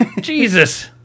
Jesus